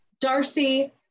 Darcy